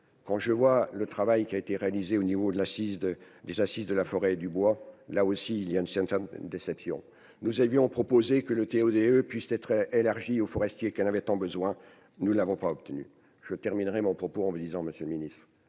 quand je vois le travail qui a été réalisé au niveau de l'assise de des assises de la forêt et du bois, là aussi il y a une certaine déception, nous avions proposé que le TO-DE puisse être élargie aux forestiers qui en avait tant besoin, nous n'avons pas obtenu je terminerai mon propos en me disant : Monsieur le Ministre,